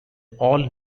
all